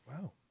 Wow